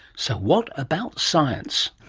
so what about science?